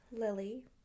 lily